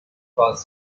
cross